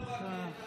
תן לנו רק את,